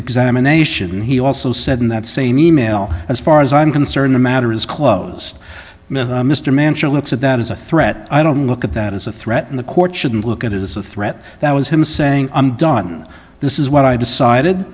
examination he also said in that same e mail as far as i'm concerned the matter is closed mr manchin looks at that as a threat i don't look at that as a threat in the court shouldn't look at it as a threat that was him saying i'm done this is what i decided